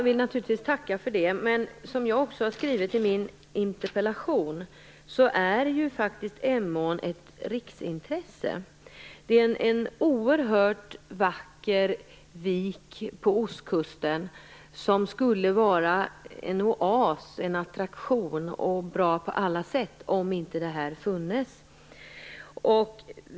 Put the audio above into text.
Herr talman! Tack för det. Som jag har skrivit i min interpellation är Emån faktiskt ett riksintresse. Det är en oerhört vacker vik på ostkusten som skulle vara en oas, en attraktion, och bra på alla sätt om inte det här problemet fanns.